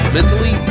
Mentally